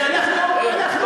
אין.